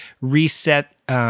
reset